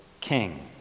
king